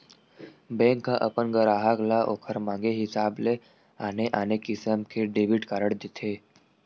bank ह अपन गराहक ल ओखर मांगे हिसाब ले आने आने किसम के डेबिट कारड देथे